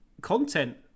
content